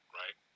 right